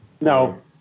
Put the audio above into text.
No